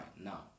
Now